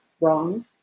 wrong